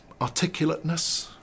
articulateness